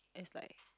it's like